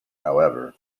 however